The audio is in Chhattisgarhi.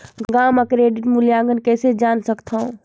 गांव म क्रेडिट मूल्यांकन कइसे जान सकथव?